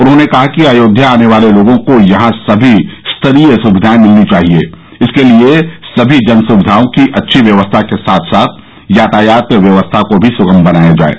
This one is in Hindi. उन्हॉने कहा कि अयोध्या आने वाले लोगों को यहां सभी स्तरीय सुविधाए मिलनी चाहिये इसके लिये सभी जन सुविधाओं की अच्छी व्यवस्था के साथ साथ यातायात व्यवस्था को भी सुगम बनाया जाये